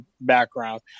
background